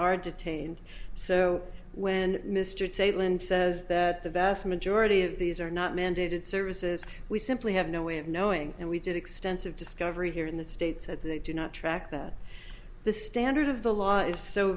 are detained so when mr tejpal and says that the vast majority of these are not mandated services we simply have no way of knowing and we did extensive discovery here in the states at the do not track that the standard of the law is so